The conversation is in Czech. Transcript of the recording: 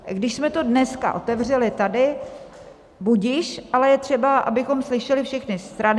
Když jsme to dneska otevřeli tady, budiž, ale je třeba, abychom slyšeli všechny strany.